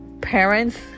parents